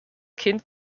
kind